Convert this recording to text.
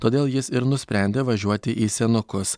todėl jis ir nusprendė važiuoti į senukus